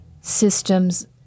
systems